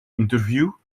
interview